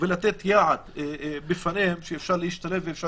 ולתת יעד בפניהם שאפשר להשתלב ושאפשר